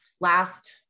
last